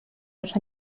los